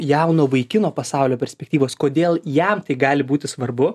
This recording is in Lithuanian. jauno vaikino pasaulio perspektyvos kodėl jam tai gali būti svarbu